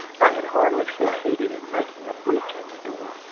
i had hardly succeeded in making a breach in the door,